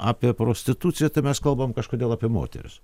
apie prostituciją tai mes kalbam kažkodėl apie moteris